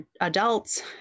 adults